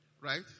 right